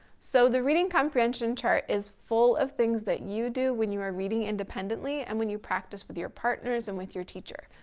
so the reading comprehension chart, is full of things that you do, when you are reading independently and when you practice with your partners and with your teacher.